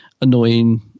annoying